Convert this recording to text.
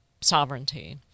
sovereignty